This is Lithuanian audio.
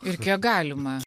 ir kiek galima